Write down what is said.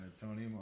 Tony